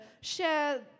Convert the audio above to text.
share